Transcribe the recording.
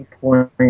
point